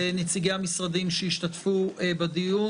לנציגי המשרדים שהשתתפו בדיון.